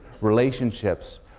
relationships